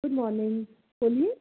good morning बोलिए